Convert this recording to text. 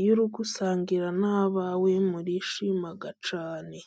iyo uri gusangira n'abawe murishima cyane.